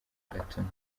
gatuna